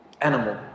animal